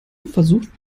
versucht